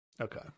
Okay